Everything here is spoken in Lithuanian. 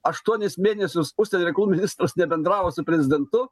aštuonis mėnesius užsienio reikalų ministras nebendravo su prezidentu